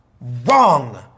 Wrong